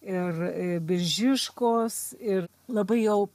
ir biržiškos ir labai jau